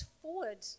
forward